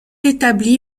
établi